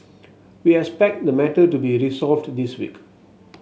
we expect the matter to be resolved this week